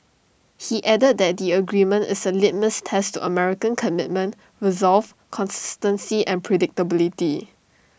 he added that the agreement is A litmus test to American commitment resolve consistency and predictability